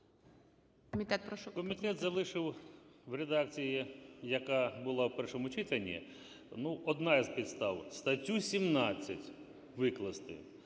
Комітет залишив в редакції, яка була в першому читанні. Одна із підстав. Статтю 17 викласти.